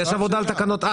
יש עבודה על תקנות,